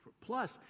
Plus